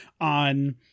on